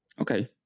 Okay